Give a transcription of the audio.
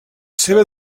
seua